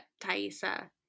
Thaisa